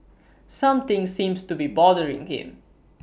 something seems to be bothering him